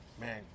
Man